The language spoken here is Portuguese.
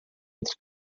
entre